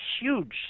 huge